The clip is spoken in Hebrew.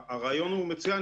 הרעיון הוא מצוין,